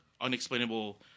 unexplainable